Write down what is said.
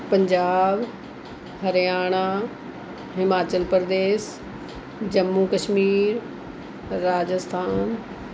Punjab Haryana Himachal Pradesh Jammu Kashmir Rajasthan